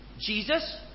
Jesus